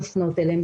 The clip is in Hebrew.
מפנות אליהם.